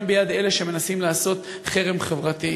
וגם ביד אלה שמנסים לעשות חרם חברתי.